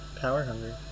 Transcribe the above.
power-hungry